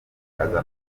aza